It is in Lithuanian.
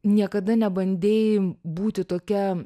niekada nebandei būti tokia